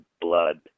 blood